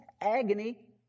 Agony